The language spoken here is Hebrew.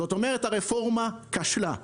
זאת אומרת הרפורמה כשלה.